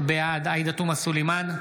בעד עאידה תומא סלימאן,